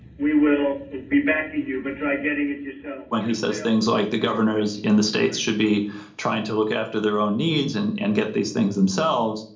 we will be backing you, but try getting it yourselves. when he says things like the governors in the states should be trying to look after their own needs and and get these things themselves,